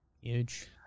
Huge